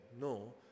No